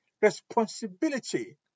responsibility